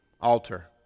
Altar